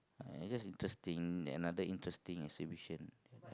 I just interesting than other interesting exhibition